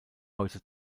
heute